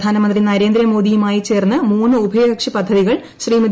പ്രധാനമന്ത്രി നരേന്ദ്രമോദിയുമായി ചേർന്ന് മൂന്ന് ഉഭയകക്ഷി പദ്ധതികൾ ശ്രീമതി